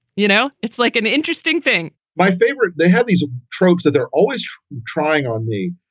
you know, it's like an interesting thing my favorite, they have these tropes that they're always trying on me.